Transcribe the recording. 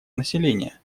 населения